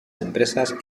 empresas